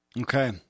Okay